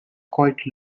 quite